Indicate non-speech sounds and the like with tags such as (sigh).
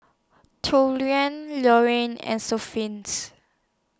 (unintelligible) Lauren and (unintelligible)